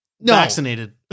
vaccinated